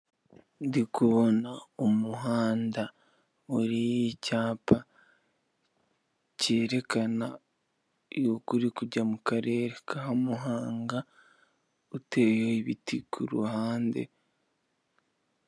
Ndikubona umuhanda uriho icyapa cyerekana ko ukuri kujya mu mukarere ka Muhanga uteye ibiti kuhande.